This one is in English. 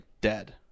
dead